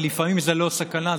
ולפעמים זאת לא סכנה,